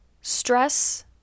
Stress